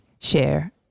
share